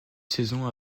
saisons